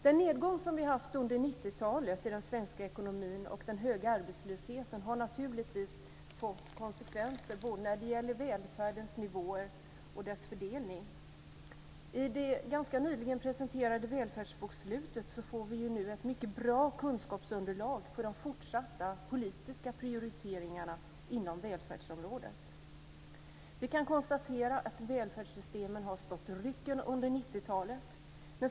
Den nedgång som vi har haft under 90-talet i den svenska ekonomin och den höga arbetslösheten har naturligtvis fått konsekvenser när det gäller både välfärdens nivåer och dess fördelning. I det ganska nyligen presenterade välfärdsbokslutet får vi nu ett mycket bra kunskapsunderlag för de fortsatta politiska prioriteringarna inom välfärdsområdet. Vi kan konstatera att välfärdssystemen har stått rycken under 90-talet.